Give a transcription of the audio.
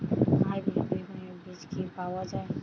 Hybrid বেগুনের বীজ কি পাওয়া য়ায়?